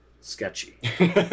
sketchy